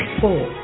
four